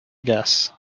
guess